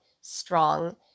strong